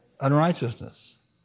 unrighteousness